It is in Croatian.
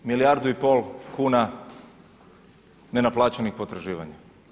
Milijardu i pol kuna ne naplaćenih potraživanja.